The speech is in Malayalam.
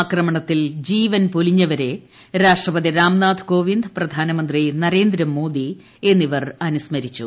ആക്രമണത്തിൽ ജീവൻ പൊലിഞ്ഞവരെ രാഷ്ട്രപതി രാംനാഥ് കോവിന്ദ് പ്രിയാനമന്ത്രി നരേന്ദ്രമോദി എന്നിവർ അനുസ്മരിച്ചു